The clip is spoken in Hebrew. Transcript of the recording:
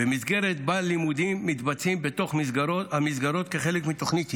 שבו הלימודים מתבצעים בתוך המסגרות כחלק מתוכנית היל"ה,